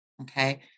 Okay